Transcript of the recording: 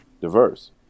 diverse